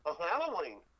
Halloween